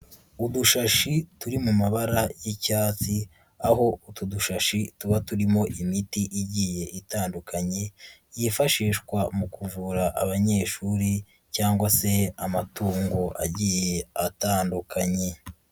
Udushashi turi mu mabara y'icyatsi, aho utu dushashi tuba turimo imiti igiye itandukanye, yifashishwa mu kuvura abanyeshuri cyangwa se amatungo agiye atandukanye.